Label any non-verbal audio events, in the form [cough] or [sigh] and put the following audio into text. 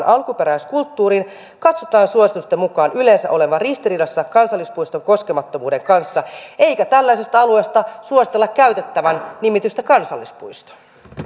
[unintelligible] alkuperäiskulttuuriin katsotaan suositusten mukaan yleensä olevan ristiriidassa kansallispuiston koskemattomuuden kanssa eikä tällaisesta alueesta suositella käytettävän nimitystä kansallispuisto